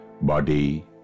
body